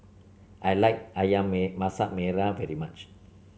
I like ayam Masak Merah very much